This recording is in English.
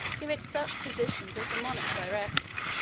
give it such positions as the monarch directs.